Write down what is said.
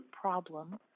problem